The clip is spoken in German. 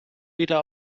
wieder